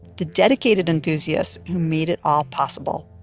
the dedicated enthusiasts who made it all possible.